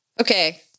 Okay